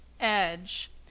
EDGE